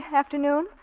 afternoon